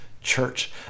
church